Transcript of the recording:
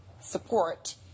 support